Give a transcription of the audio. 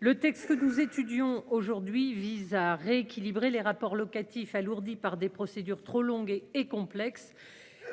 Le texte que nous étudions aujourd'hui vise à rééquilibrer les rapports locatifs, alourdi par des procédures trop longues et complexes.